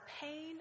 pain